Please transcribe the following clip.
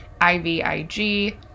IVIG